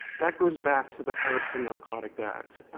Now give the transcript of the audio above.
that goes back to the harrison narcotic act.